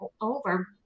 over